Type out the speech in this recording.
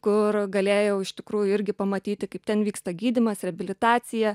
kur galėjau iš tikrųjų irgi pamatyti kaip ten vyksta gydymas reabilitacija